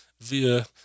via